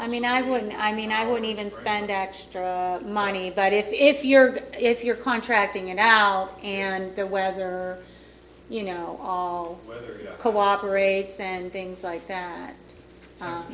i mean i wouldn't i mean i wouldn't even spend extra money but if you're if you're contracting you now and the weather you know all cooperates and things like that